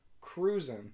cruising